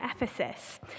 Ephesus